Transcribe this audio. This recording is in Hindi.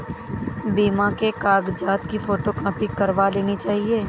बीमा के कागजात की फोटोकॉपी करवा लेनी चाहिए